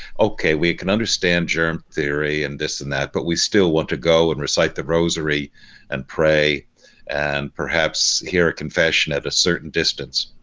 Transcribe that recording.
okay we can understand germ theory and this and that but we still want to go and recite the rosary and pray and perhaps hear a confession at a certain distance,